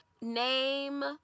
name